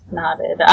nodded